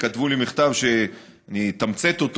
כתבו לי מכתב שאני אתמצת אותו,